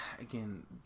Again